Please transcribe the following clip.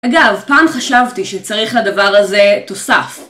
אגב פעם חשבתי שצריך לדבר הזה תוסף